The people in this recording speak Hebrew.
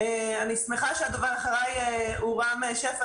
אני שמחה שהדובר אחריי הוא רם שפע.